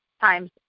times